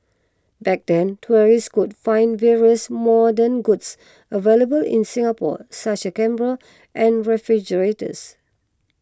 back then tourists could find various modern goods available in Singapore such cameras and refrigerators